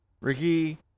Ricky